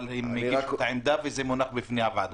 אבל הם הגישו את העמדה וזה מונח בפני הוועדה.